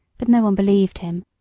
but no one believed him.